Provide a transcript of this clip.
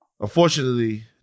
unfortunately